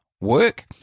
work